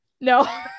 No